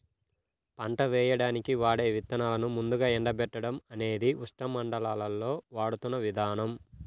పంట వేయడానికి వాడే విత్తనాలను ముందుగా ఎండబెట్టడం అనేది ఉష్ణమండలాల్లో వాడుతున్న విధానం